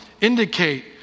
indicate